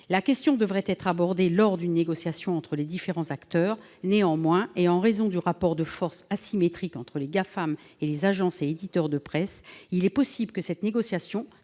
La question devrait être abordée lors d'une négociation entre les différents acteurs. Néanmoins, et en raison du rapport de force asymétrique entre les Gafam et les agences et éditeurs de presse, il est possible que cette négociation